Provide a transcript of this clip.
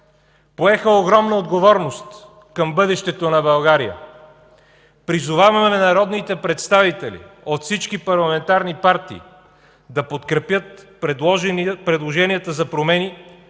поеха огромна отговорност към бъдещето на България. Призоваваме народните представители от всички парламентарни партии да подкрепят предложенията за промени,